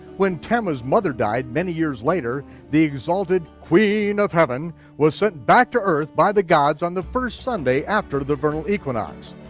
when tammuz mother died many years later, the exalted queen of heaven was sent back to earth by the gods on the first sunday after the vernal equinox.